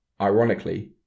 Ironically